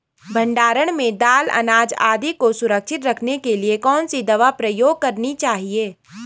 भण्डारण में दाल अनाज आदि को सुरक्षित रखने के लिए कौन सी दवा प्रयोग करनी चाहिए?